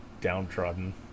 downtrodden